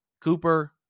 Cooper